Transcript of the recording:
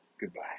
Goodbye